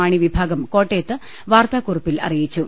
മാണി വിഭാഗം കോട്ടയത്ത് വാർത്താക്കുറിപ്പിൽ അറിയിച്ചു